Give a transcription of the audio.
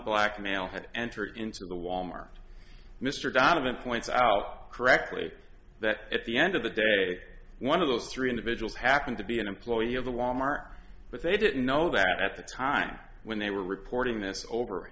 blackmail had entered into the wal mart mr donovan points out correctly that at the end of the day one of those three individuals happened to be an employee of the wal mart but they didn't know that at the time when they were reporting this over